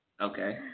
Okay